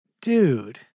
dude